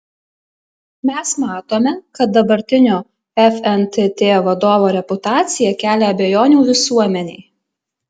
mes matome kad dabartinio fntt vadovo reputacija kelia abejonių visuomenei